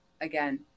again